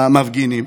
במפגינים.